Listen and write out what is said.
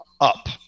up